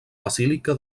basílica